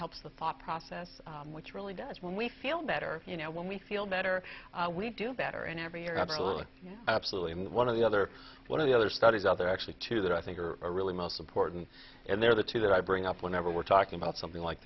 helps the thought process which really does when we feel better you know when we feel better we do better in every area absolutely and one of the other one of the other studies out there actually two that i think are really most important and they're the two that i bring up whenever we're talking about something like